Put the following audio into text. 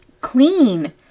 Clean